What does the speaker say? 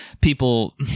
people